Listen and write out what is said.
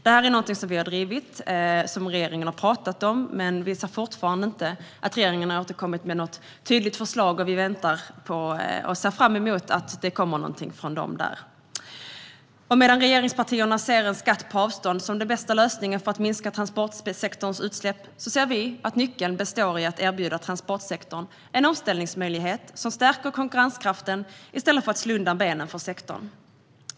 Detta är något som vi har drivit och som regeringen har pratat om, men regeringen har fortfarande inte återkommit med ett tydligt förslag. Vi ser fram emot att det kommer något. Medan regeringspartierna ser en skatt på avstånd som den bästa lösningen för att minska transportsektorns utsläpp ser vi att nyckeln består i att erbjuda transportsektorn en omställningsmöjlighet som stärker konkurrenskraften i stället för att slå undan benen på sektorn.